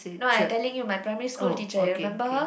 no I telling my primary school teacher you remember her